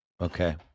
okay